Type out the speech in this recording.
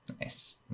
Nice